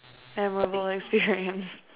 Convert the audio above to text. memorable experience